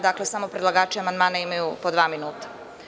Dakle, samo predlagači amandmana imaju po dva minuta.